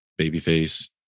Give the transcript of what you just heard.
Babyface